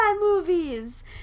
movies